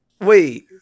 Wait